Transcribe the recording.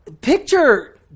picture